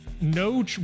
No